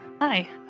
Hi